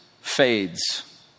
fades